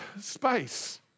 Space